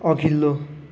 अघिल्लो